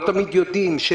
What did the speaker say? לא תמיד יודעים לענות.